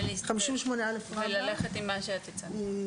כן, וללכת עם מה שאת הצעת.